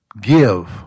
Give